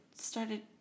started